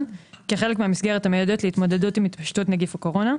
כחלק מהמסגרת המיועדת להתמודדות עם התפשטות נגיף הקורונה.